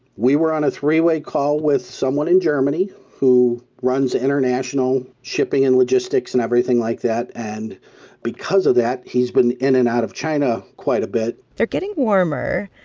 we were on a three-way call with someone in germany who runs the international shipping and logistics and everything like that. and because of that, he's been in and out of china quite a bit they're getting warmer.